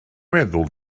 meddwl